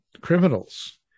criminals